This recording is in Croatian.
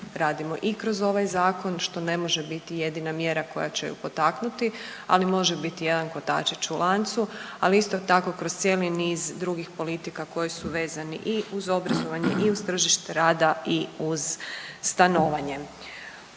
radimo i kroz ovaj Zakon što ne može bit jedina mjera koja će ju potaknuti, ali može biti jedan kotačić u lancu, ali isto tako kroz cijeli niz drugih politika koji su vezani i uz obrazovanje i uz tržište rada i uz stanovanje.